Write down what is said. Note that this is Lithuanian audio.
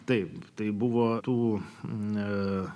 taip tai buvo tų na